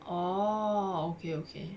oh okay okay